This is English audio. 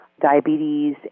diabetes